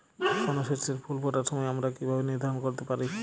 কোনো শস্যের ফুল ফোটার সময় আমরা কীভাবে নির্ধারন করতে পারি?